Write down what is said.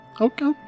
Okay